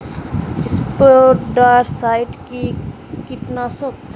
স্পোডোসাইট কি কীটনাশক?